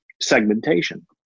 Segmentation